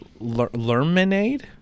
Lermanade